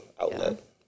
outlet